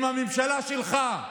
עם הממשלה שלך,